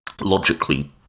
logically